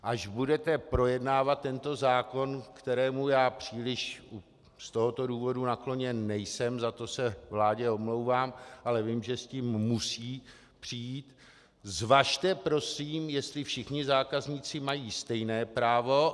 Až budete projednávat tento zákon, kterému já příliš z tohoto důvodu nakloněn nejsem, za to se vládě omlouvám, ale vím, že s tím musí přijít, zvažte prosím, jestli všichni zákazníci mají stejné právo.